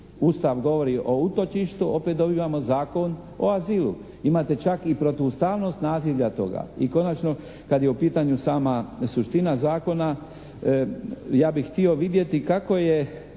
Ustav govori o utočištu. Opet dobivamo Zakon o azilu. Imate čak i protuustavnost nazivlja toga. I konačno kad je u pitanju sama suština zakona ja bih htio vidjeti kako je